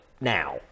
now